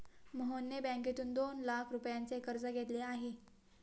मोहनने बँकेतून दोन लाख रुपयांचे कर्ज घेतले आहे